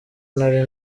nari